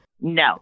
no